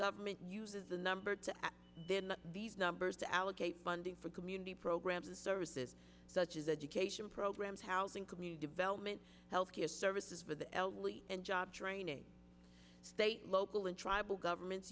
government uses the number to at these numbers to allocate funding for community programs and services such as education programs housing community development health care services for the elderly and job training state local and tribal governments